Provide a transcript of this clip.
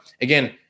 again